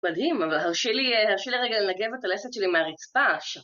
מדהים, אבל הרשי לי רגע לנגב את הלסת שלי מהרצפה שם.